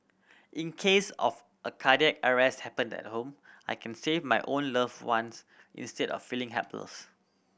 in case of a cardiac arrest happened at home I can save my own loved ones instead of feeling helpless